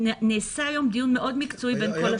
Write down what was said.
נעשה היום דיון מאוד מקצועי בין כל השותפים.